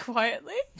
Quietly